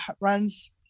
runs